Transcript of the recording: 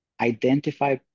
identify